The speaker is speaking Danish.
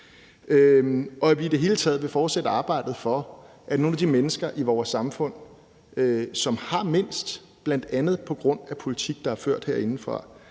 at vi i det hele taget vil fortsætte arbejdet for, at nogle af de mennesker i vores samfund, som har mindst, bl.a. på grund af politik, der er ført herindefra,